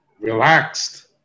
relaxed